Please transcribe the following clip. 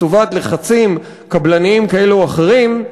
לטובת לחצים קבלניים כאלה או אחרים,